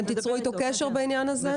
אתם תיצרו איתו קשר בעניין הזה?